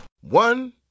One